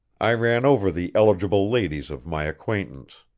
i ran over the eligible ladies of my acquaintance.